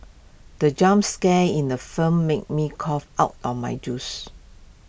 the jump scare in the film made me cough out my juice